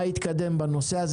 מה התקדם בנושא הזה.